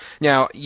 Now